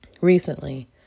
recently